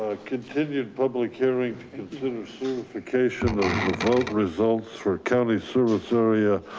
ah continued public hearing to consider certification results for county service area.